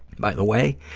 by the way,